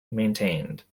maintained